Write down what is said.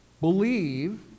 believe